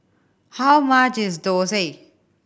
how much is dosa